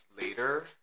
later